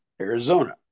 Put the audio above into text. Arizona